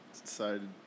decided